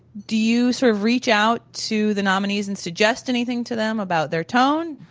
do you sort of reach out to the nominees and suggest anything to them about their tone?